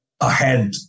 ahead